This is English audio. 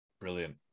Brilliant